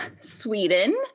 Sweden